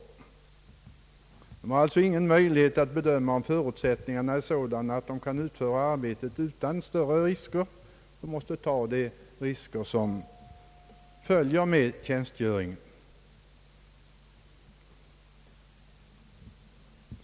Det gäller sådan personal som inte har möjlighet att bedöma om förutsättningarna är sådana att arbetet kan utföras utan större risker och som måste ta de risker som följer med tjänstgöringen.